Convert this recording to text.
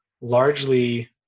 largely